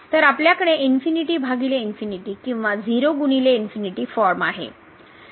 तर आपल्याकडे ∞∞ किंवा 0 ×∞ फॉर्म आहे